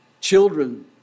children